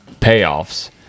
payoffs